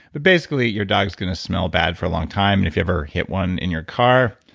but basically your dog is going to smell bad for a long time. and if you ever hit one in your car,